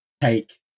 take